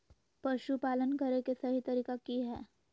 पशुपालन करें के सही तरीका की हय?